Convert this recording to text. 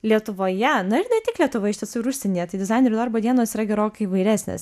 lietuvoje na ir ne tik lietuvoj iš tiesų ir užsienyje tai dizainerių darbo dienos yra gerokai įvairesnės